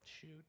Shoot